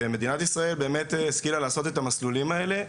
ומדינת ישראל באמת השכילה לעשות את המסלולים האלה,